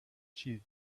she